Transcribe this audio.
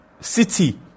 City